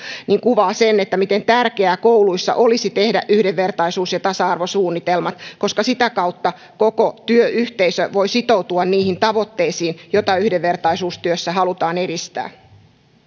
kuvaa sen miten tärkeää kouluissa olisi tehdä yhdenvertaisuus ja tasa arvosuunnitelma koska sitä kautta koko työyhteisö voi sitoutua niihin tavoitteisiin joita yhdenvertaisuustyössä halutaan edistää